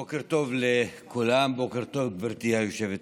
בוקר טוב לכולם, בוקר טוב, גברתי היושבת-ראש.